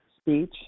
speech